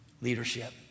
leadership